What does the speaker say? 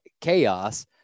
chaos